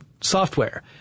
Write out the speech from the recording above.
software